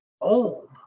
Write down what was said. old